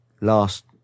last